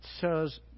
says